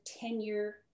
tenure